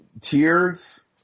Tears